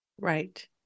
Right